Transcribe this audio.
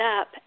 up